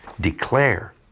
declare